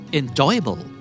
enjoyable